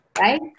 right